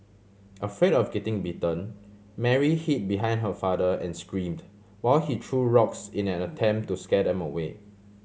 afraid of getting bitten Mary hid behind her father and screamed while he threw rocks in an attempt to scare them away